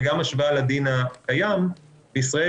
וגם השוואה לדין הקיים בישראל,